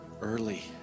early